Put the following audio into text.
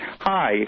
Hi